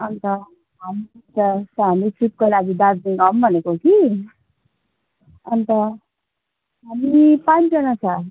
अन्त हाम्रो ट्रिपको लागि दार्जिलिङ आउँ भनेको कि अन्त हामी पाँचजना छ